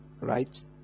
right